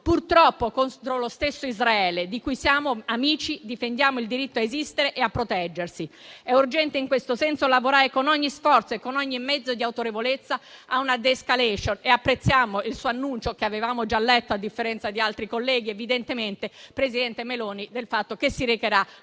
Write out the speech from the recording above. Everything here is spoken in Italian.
ritorcendo contro lo stesso Israele, di cui siamo amici e difendiamo il diritto a esistere e a proteggersi. È urgente in questo senso lavorare con ogni sforzo e con ogni mezzo e autorevolezza a una *de-escalation* e apprezziamo il suo annuncio, che - a differenza di altri colleghi - avevamo già letto, del fatto che si recherà